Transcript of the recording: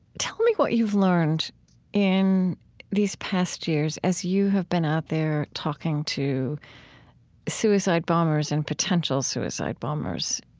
tell me what you've learned in these past years as you have been out there talking to suicide bombers and potential suicide bombers.